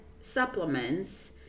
supplements